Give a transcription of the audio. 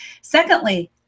Secondly